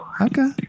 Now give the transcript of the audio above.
Okay